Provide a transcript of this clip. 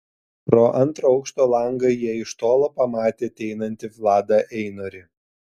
pro antro aukšto langą jie iš tolo pamatė ateinantį vladą einorį